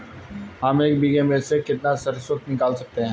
हम एक बीघे में से कितनी सरसों निकाल सकते हैं?